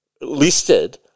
listed